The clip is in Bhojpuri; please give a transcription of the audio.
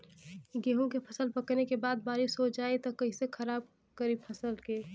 गेहूँ के फसल पकने के बाद बारिश हो जाई त कइसे खराब करी फसल के?